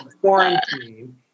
quarantine